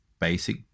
basic